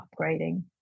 upgrading